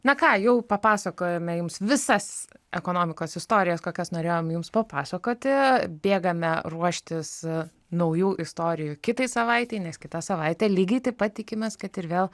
na ką jau papasakojome jums visas ekonomikos istorijas kokias norėjom jums papasakoti bėgame ruoštis naujų istorijų kitai savaitei nes kitą savaitę lygiai taip pat tikimės kad ir vėl